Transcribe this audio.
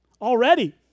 already